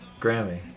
Grammy